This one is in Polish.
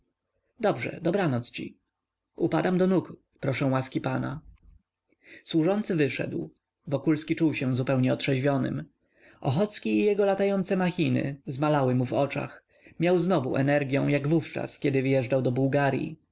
dobrze dobranoc ci upadam do nóg proszę łaski pana służący wyszedł wokulski czuł się zupełnie otrzeźwionym ochocki i jego latające maszyny zmalały mu w oczach miał znowu energią jak wówczas kiedy wyjeżdżał do bułgaryi